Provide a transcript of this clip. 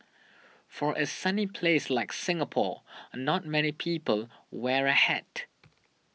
for a sunny place like Singapore not many people wear a hat